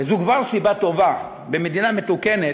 וזו כבר סיבה טובה במדינה מתוקנת,